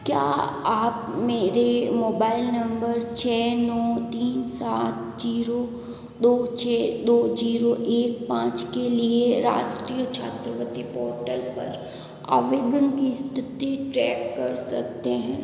क्या आप मेरे मोबाइल नम्बर छः नौ तीन सात ज़ीरो दो छः दो ज़ीरो एक पाँच के लिए राष्ट्रीय छात्रवृत्ति पोर्टल पर आवेदन की स्थिति ट्रैक कर सकते हैं